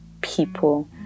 people